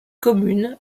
commune